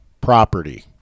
property